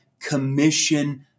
commission